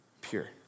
pure